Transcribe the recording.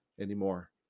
anymore